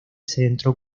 centro